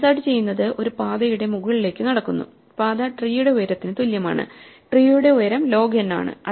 insert ചെയ്യുന്നത് ഒരു പാതയുടെ മുകളിലേക്ക് നടക്കുന്നു പാത ട്രീയുടെ ഉയരത്തിന് തുല്യമാണ് ട്രീയുടെ ഉയരം ലോഗ് n ആണ്